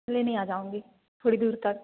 लेने आ जाऊँगी थोड़ी दूर तक